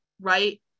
Right